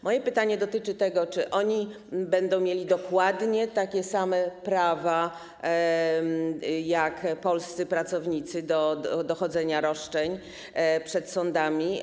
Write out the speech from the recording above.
Moje pytanie dotyczy tego, czy oni będą mieli dokładnie takie same prawa jak polscy pracownicy do dochodzenia roszczeń przed sądami.